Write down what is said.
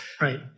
right